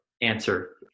answer